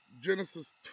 Genesis